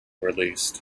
released